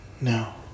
No